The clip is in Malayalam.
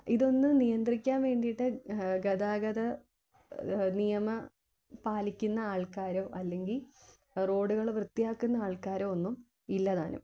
ഇതൊന്ന് നിയന്ത്രിക്കാൻ വേണ്ടീട്ട് ഗതാഗത നിയമം പാലിക്കുന്ന ആൾക്കാരൊ അല്ലെങ്കിൽ റോഡ്കൾ വൃത്തിയാക്കുന്ന ആൾക്കാരൊ ഒന്നും ഇല്ലതാനും